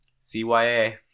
CYA